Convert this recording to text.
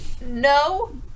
No